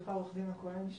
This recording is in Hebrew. סליחה עורך הדין הכהן,